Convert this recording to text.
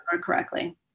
correctly